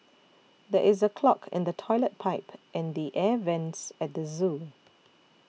there is a clog in the Toilet Pipe and the Air Vents at the zoo